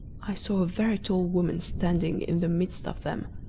i saw a very tall woman standing in the midst of them,